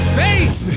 faith